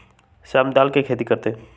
श्याम दाल के खेती कर तय